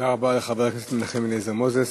תודה רבה לחבר הכנסת מנחם אליעזר מוזס.